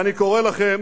ואני קורא לכם,